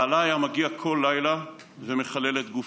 בעלה היה מגיע בכל לילה ומחלל את גופי.